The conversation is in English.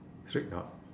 street dog